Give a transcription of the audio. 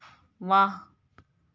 वाह